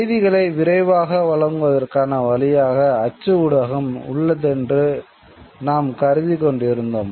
செய்திகளை விரைவாக வழங்குவதற்கான வழியாக அச்சு ஊடகம் உள்ளதென்று நாம் கருதிக் கொண்டிருந்தோம்